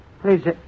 Please